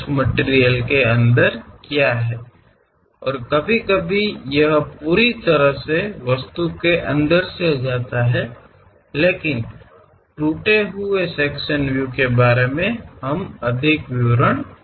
ಮತ್ತು ಕೆಲವೊಮ್ಮೆ ಮುರಿದ ಕಟ್ ವಿಭಾಗೀಯ ವೀಕ್ಷಣೆಗಳು ಸಂಪೂರ್ಣವಾಗಿ ಭಾಗದ ಮೂಲಕ ಹಾದು ಹೋಗುತ್ತದೆ ಹೆಚ್ಚಿನ ವಿವರಗಳನ್ನು ನಾವು ನಂತರ ನೋಡುತ್ತೇವೆ